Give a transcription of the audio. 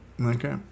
okay